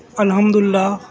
اَلحمد لِلّہ